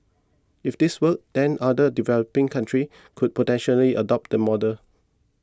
if this works then other developing countries could potentially adopt the model